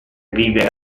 vive